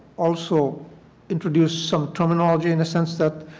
also introduce some terminology in the sense that